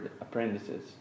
apprentices